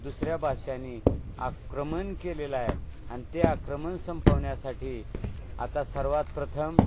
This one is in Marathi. दुसऱ्या भाषांनी आक्रमण केलेलं आहे आणि ते आक्रमण संपवण्यासाठी आता सर्वात प्रथम